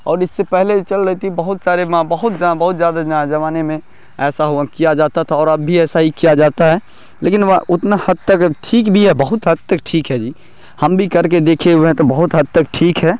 اور اس سے پہلے جو چل رہی تھی بہت سارے ماں بہت بہت زیادہ زمانے میں ایسا ہوا کیا جاتا تھا اور اب بھی ایسا ہی کیا جاتا ہے لیکن وہ اتنا حد تک ٹھیک بھی ہے بہت حد تک ٹھیک ہے جی ہم بھی کر کے دیکھے ہوئے ہیں تو بہت حد تک ٹھیک ہے